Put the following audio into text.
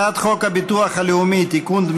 הצעת חוק הביטוח הלאומי (תיקון,